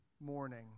morning